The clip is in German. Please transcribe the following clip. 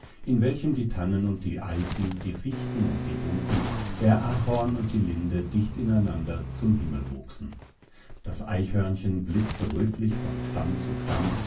in welchem die tannen und die eichen die fichten und die buchen der ahorn und die linde dicht ineinander zum himmel wuchsen das eichhörnchen blitzte rötlich von stamm zu stamm